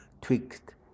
tweaked